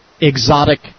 exotic